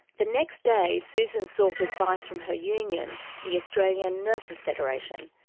the next day, susan sought advice from her union, the australian nurse's federation,